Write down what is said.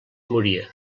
moria